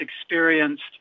experienced